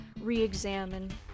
re-examine